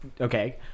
Okay